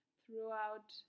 throughout